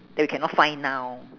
that you cannot find now